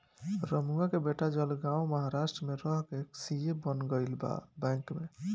रमुआ के बेटा जलगांव महाराष्ट्र में रह के सी.ए बन गईल बा बैंक में